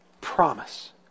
promise